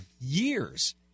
years